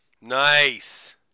nice